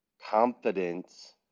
Confidence